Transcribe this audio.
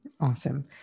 Awesome